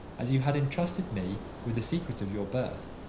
as you had entrusted me with the secret of your birth,